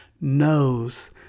knows